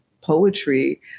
poetry